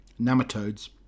nematodes